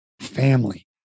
family